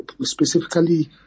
specifically